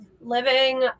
living